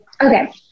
Okay